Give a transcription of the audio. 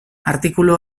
artikulu